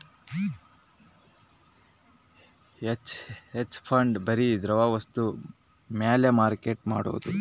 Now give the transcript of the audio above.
hedge fund ಬರಿ ದ್ರವ ವಸ್ತು ಮ್ಯಾಲ ಮಾರ್ಕೆಟ್ ಮಾಡೋದು